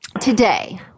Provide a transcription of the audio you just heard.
today